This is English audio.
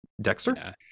Dexter